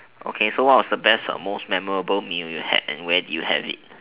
okay so what was your best or most memorable meal you had and where did you have it